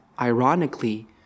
ironically